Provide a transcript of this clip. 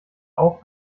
auch